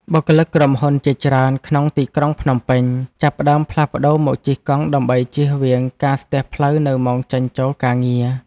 បុគ្គលិកក្រុមហ៊ុនជាច្រើនក្នុងទីក្រុងភ្នំពេញ ចាប់ផ្ដើមផ្លាស់ប្តូរមកជិះកង់ដើម្បីជៀសវាងការស្ទះផ្លូវនៅម៉ោងចេញចូលការងារ។